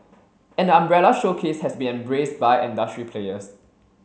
and the umbrella showcase has been embraced by industry players